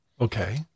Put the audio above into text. Okay